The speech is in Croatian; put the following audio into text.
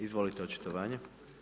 Izvolite očitovanje.